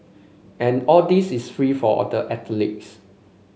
and all this is free for the athletes